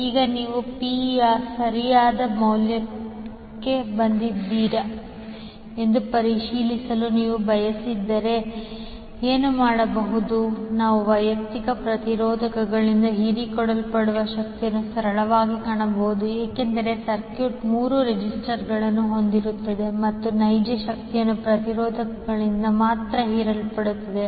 ಈಗ ನೀವು 𝑃 ಯ ಸರಿಯಾದ ಮೌಲ್ಯಕ್ಕೆ ಬಂದಿದ್ದೀರಾ ಎಂದು ಪರಿಶೀಲಿಸಲು ನೀವು ಬಯಸಿದರೆ ನಾವು ಏನು ಮಾಡಬಹುದು ನಾವು ವೈಯಕ್ತಿಕ ಪ್ರತಿರೋಧಕಗಳಿಂದ ಹೀರಿಕೊಳ್ಳುವ ಶಕ್ತಿಯನ್ನು ಸರಳವಾಗಿ ಕಾಣಬಹುದು ಏಕೆಂದರೆ ಸರ್ಕ್ಯೂಟ್ ಮೂರು ರೆಜಿಸ್ಟರ್ಗಳನ್ನು ಹೊಂದಿರುತ್ತದೆ ಮತ್ತು ನೈಜ ಶಕ್ತಿಯು ಪ್ರತಿರೋಧಕಗಳಿಂದ ಮಾತ್ರ ಹೀರಲ್ಪಡುತ್ತದೆ